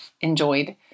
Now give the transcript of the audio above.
enjoyed